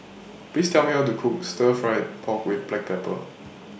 Please Tell Me How to Cook Stir Fried Pork with Black Pepper